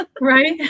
right